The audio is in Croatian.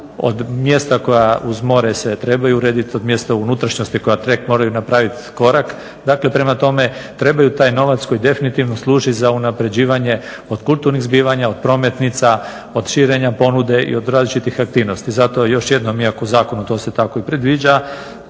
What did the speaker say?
od mjesta koja uz more se trebaju urediti od mjesta unutrašnjosti koja tek moraju napraviti korak prema tome, trebaju taj novac koji definitivno služi za unapređivanje od kulturnih zbivanja od prometnica od širenja ponude i od različitih aktivnosti. Zato još jednom iako u zakonu to se tako i predviđa,